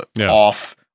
off